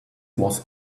was